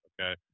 Okay